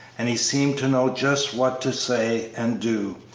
and he seemed to know just what to say and do.